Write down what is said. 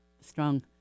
strong